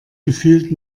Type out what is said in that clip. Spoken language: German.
gefühlt